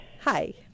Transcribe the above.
Hi